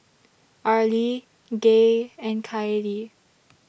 Arlie Gaye and Kylie